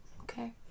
Okay